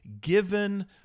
given